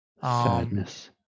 sadness